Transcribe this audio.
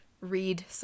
Read